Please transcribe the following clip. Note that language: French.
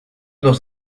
dans